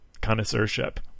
connoisseurship